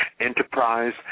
enterprise